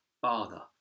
Father